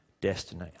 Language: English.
destiny